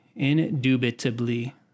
Indubitably